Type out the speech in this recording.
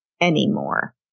Anymore